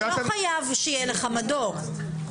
חייב שיהיה לך מדור.